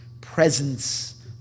presence